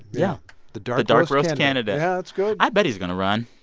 yeah the dark dark roast candidate yeah. that's good i bet he's going to run.